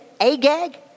Agag